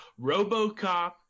Robocop